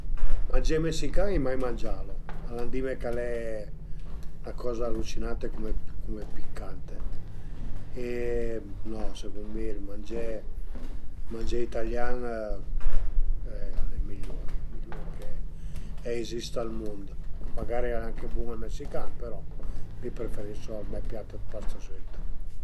Mangé mesican ai mai mangialu, al an dime ch'al e 'na coza allucinante cume cume piccante e no secund mi ël mangé mangé italian al e migliur, migliur ch'a ezista al mund, magari al e anche bun ël messican però mi preferiso ël me piat dë pasta süita